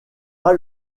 pas